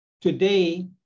Today